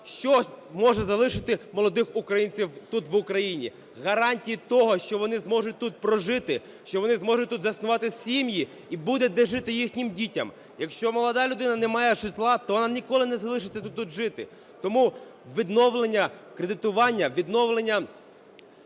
Що може залишити молодих українців тут в Україні? Гарантії того, що вони зможуть тут прожити, що вони зможуть тут заснувати сім'ї і буде де жити їхнім дітям. Якщо молода людина не має житла, то вона ніколи не залишиться тут жити. Тому відновлення кредитування, відновлення…